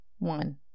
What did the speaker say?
One